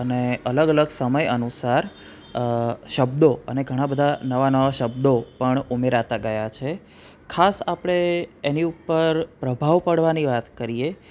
અને અલગ અલગ સમય અનુસાર શબ્દો અને ઘણા બધા નવા નવા શબ્દો પણ ઉમેરાતા ગયા છે ખાસ આપણે એની ઉપર પ્રભાવ પડવાની વાત કરીએ